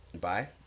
Bye